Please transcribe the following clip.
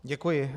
Děkuji.